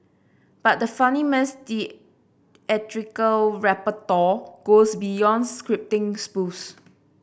but the funnyman's theatrical repertoire goes beyond scripting spoofs